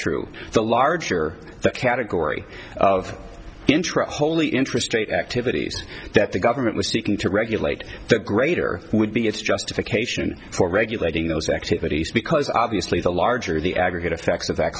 true the larger the category of interest wholly interest rate activities that the government was seeking to regulate the greater would be its justification for regulating those activities because obviously the larger the aggregate effects of that